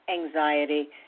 anxiety